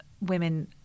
women